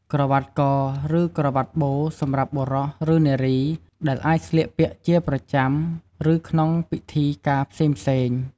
ក្រវាត់ក ឬក្រវាត់បូ សម្រាប់បុរស ឬនារី ដែលអាចស្លៀកពាក់ជាប្រចាំ ឬក្នុងពិធីការផ្សេងៗ។